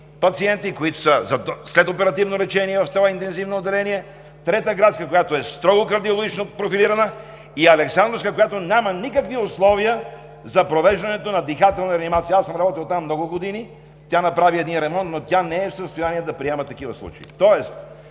пациенти, които са за след оперативно лечение в това интензивно отделение, Трета градска, която е строго кардиологично профилирана, и Александровска, която няма никакви условия за провеждането на дихателна реанимация. Аз съм работил там много години, тя направи ремонт, но не е в състояние да приема такива случаи.